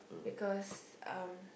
because uh